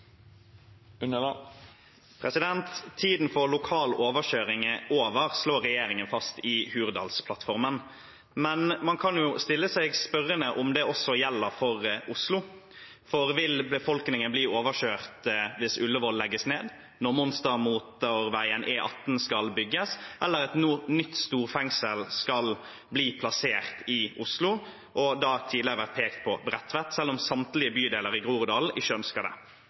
over, slår regjeringen fast i Hurdalsplattformen, men man kan spørre om det gjelder for Oslo også. Vil befolkningen bli overkjørt hvis Ullevål sykehus legges ned, når monstermotorveien E18 skal bygges, eller når et nytt storfengsel skal bli plassert i Oslo, og det tidligere har vært pekt på Bredtvet, selv om samtlige bydeler i Groruddalen og nesten et samlet bystyre ikke ønsker det?